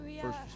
first